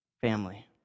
family